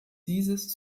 dieses